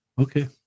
Okay